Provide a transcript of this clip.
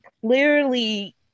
Clearly